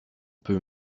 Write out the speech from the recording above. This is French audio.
peut